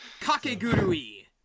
Kakegurui